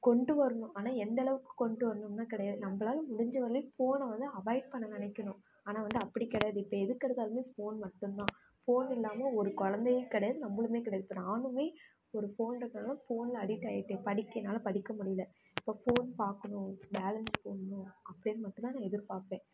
கொண்டு வரணும் ஆனால் எந்த அளவுக்கு கொண்டு வரணும்லா கிடையாது நம்மளால முடிஞ்ச வர்லியும் ஃபோன்னை வந்து அவாய்ட் பண்ண நினைக்கணும் ஆனால் வந்து அப்படி கிடையாது இப்போ எதுக்கு எடுத்தாலும் ஃபோன் மட்டும் தான் ஃபோன் இல்லாமல் ஒரு குழந்தையும் கிடையாது நம்மளும் கிடையாது இப்போ நானும் ஒரு ஃபோன் இருக்கிறனால் ஃபோனில் அடிக்ட் ஆகிட்டேன் படிக்க என்னால் படிக்க முடியல இப்போ ஃபோன் பாக்கணும் பேலன்ஸ் போடணும் அப்படினு மட்டும் தான் நான் எதிர் பார்ப்பேன்